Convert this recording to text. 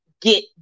get